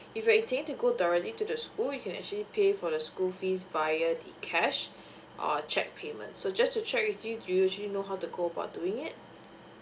if you're intending to go directly to the school you can actually pay for the school fees via the cash or cheque payment so just to check with you do you usually know how to go about doing it